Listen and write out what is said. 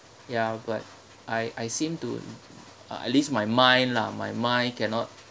ya but I I seem to uh at least my mind lah my mind cannot